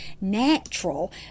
natural